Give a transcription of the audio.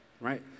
Right